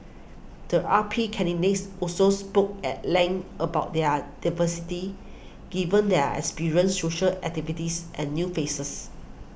the R P candidates also spoke at length about their diversity given there are experienced social activists and new faces